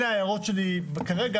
אלה ההערות שלי כרגע.